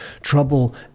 trouble